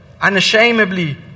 unashamedly